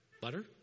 butter